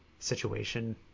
situation